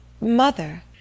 mother